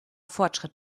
fortschritt